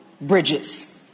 bridges